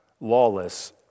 lawless